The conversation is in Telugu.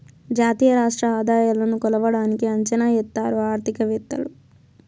జాతీయ రాష్ట్ర ఆదాయాలను కొలవడానికి అంచనా ఎత్తారు ఆర్థికవేత్తలు